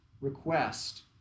request